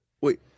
Wait